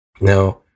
Now